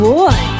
boy